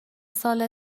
سال